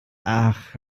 ach